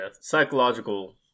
psychological